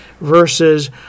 versus